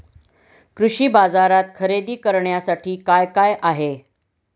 कृषी बाजारात खरेदी करण्यासाठी काय काय आहे?